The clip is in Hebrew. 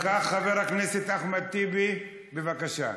אם כך, חבר הכנסת אחמד טיבי, בבקשה.